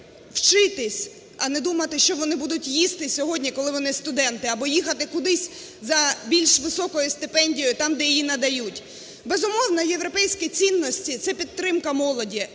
вчитися, а не думати, що вони будуть їсти, коли вони студенти, або їхати кудись за більш високою стипендією, там, де її надають. Безумовно, європейські цінності – це підтримка молоді,